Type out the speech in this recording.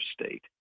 state